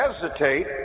hesitate